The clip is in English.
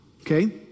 okay